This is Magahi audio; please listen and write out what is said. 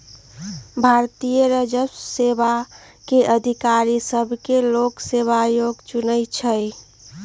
भारतीय राजस्व सेवा के अधिकारि सभके लोक सेवा आयोग चुनइ छइ